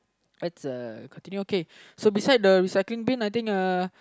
it's a continue okay so beside the recycling bin I think uh